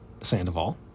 sandoval